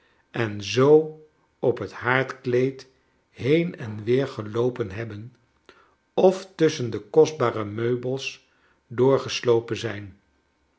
en zoo op het haardkleed been en weer geloopen hebben of tusschen de kostbare meubels doorgesloopen zijn